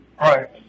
Right